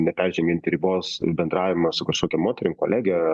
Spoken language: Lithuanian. neperžengiant ribos bendravimą su kažkokia moterim kolege